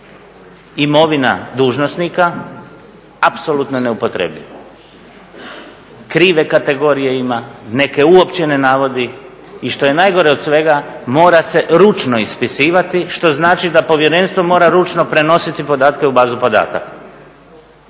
imovina dužnosnika apsolutno je neupotrebljiv. Krive kategorije ima, neke uopće ne navodi i što je najgore od svega, mora se ručno ispisivati što znači da Povjerenstvo mora ručno prenositi podatke u bazu podataka.